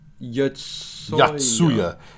Yatsuya